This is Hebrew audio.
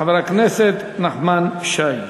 חבר הכנסת נחמן שי.